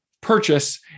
purchase